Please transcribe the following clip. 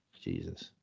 Jesus